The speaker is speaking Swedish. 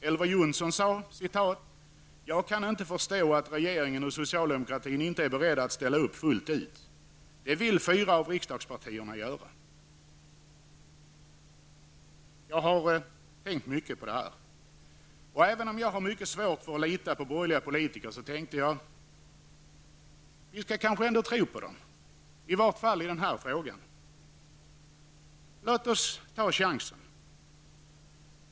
Elver Jonsson sade: ''Jag kan inte förstå att regeringen och socialdemokratin inte är beredda att ställa upp fullt ut. Det vill fyra av riksdagspartierna göra.'' Jag har tänkt mycket på det här. Även om jag har mycket svårt att lita på borgerliga politiker så tänkte jag: Vi skall kanske ändå tro på dem, i vart fall i den här frågan. Låt oss ta chansen!